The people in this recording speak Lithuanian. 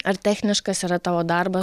ar techniškas yra tavo darbas